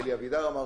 שאלי אבידר אמר.